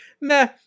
meh